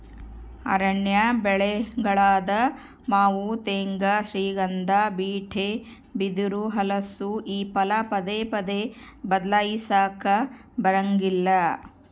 ಅರಣ್ಯ ಬೆಳೆಗಳಾದ ಮಾವು ತೇಗ, ಶ್ರೀಗಂಧ, ಬೀಟೆ, ಬಿದಿರು, ಹಲಸು ಈ ಫಲ ಪದೇ ಪದೇ ಬದ್ಲಾಯಿಸಾಕಾ ಬರಂಗಿಲ್ಲ